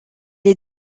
est